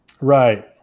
right